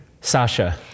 Sasha